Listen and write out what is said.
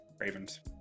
Ravens